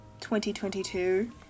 2022